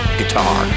guitar